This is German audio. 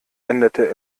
änderte